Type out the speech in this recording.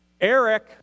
Eric